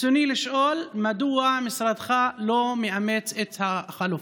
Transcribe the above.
ברצוני לשאול: מדוע משרדך לא מאמץ את החלופות?